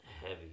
heavy